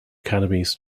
academies